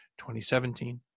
2017